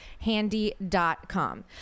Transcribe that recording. Handy.com